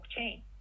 blockchain